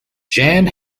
jan